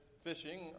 fishing